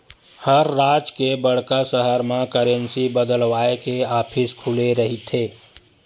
हर राज के बड़का सहर म करेंसी बदलवाय के ऑफिस खुले रहिथे